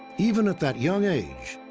even at that young age,